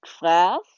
class